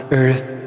earth